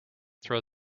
throw